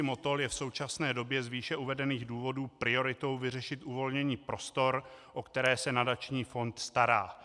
Motol je v současné době z výše uvedených důvodů prioritou vyřešit uvolnění prostor, o které se nadační fond stará.